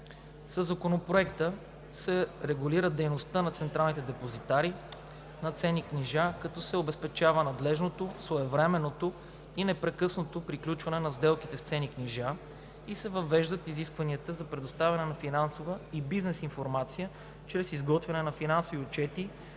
Със Законопроекта се регулира дейността на централните депозитари на ценни книжа, като се обезпечава надлежното, своевременното и непрекъснато приключване на сделките с ценни книжа и се въвеждат изисквания за предоставяне на финансова и бизнес информация чрез изготвяне на финансови отчети,